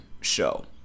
show